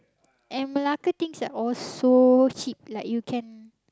at Malacca things are all so cheap like you can